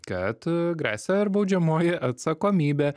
kad gresia ir baudžiamoji atsakomybė